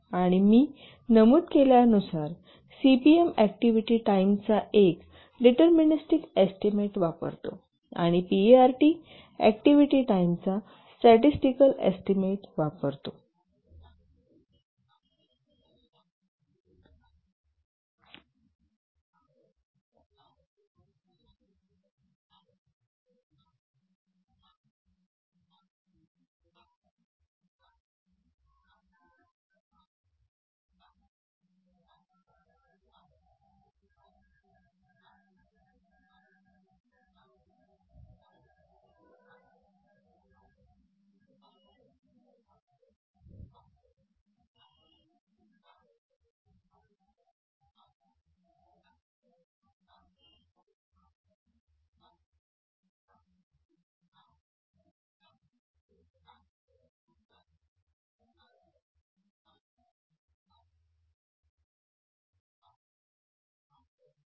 आणि मी नमूद केल्यानुसार सीपीएम ऍक्टिव्हिटी टाईमचा एक डिटरर्मेनस्टीक एस्टीमेट वापरतो आणि पीईआरटी ऍक्टिव्हिटी टाईमचा स्टॅटिस्टिकल एस्टीमेट वापरतो